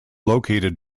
located